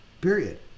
period